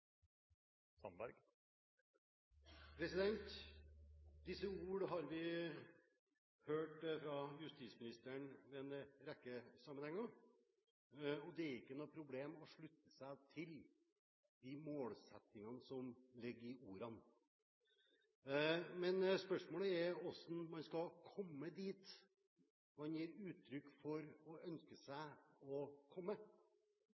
Disse ord har vi hørt fra justisministeren i en rekke sammenhenger, og det er ikke noe problem å slutte seg til de målsettingene som ligger i ordene. Men spørsmålet er hvordan man skal komme dit man gir uttrykk for at man ønsker seg å komme.